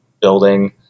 building